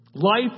Life